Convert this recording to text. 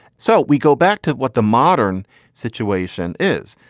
so we go back to what the modern situation is.